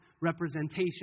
representation